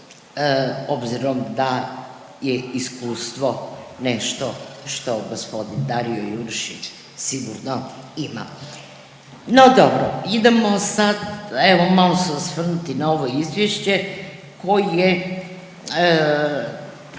obzirom da je iskustvo nešto što g. Darijo Jurišić sigurno ima. No dobro. Idemo sad, evo, malo se osvrnuti na ovo izvješće koje je,